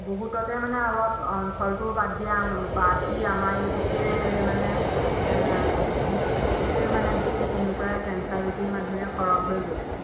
বহুততে মানে অলপ অঞ্চলটো বাদ দিয়া বাদ দি আমাৰ এই গোটেই মানে ডিষ্ট্ৰিকটোতে মানে গোটেই তেনেকুৱাই কেঞ্চাৰ ৰোগীৰ মানুহে সৰহ হৈ গৈছে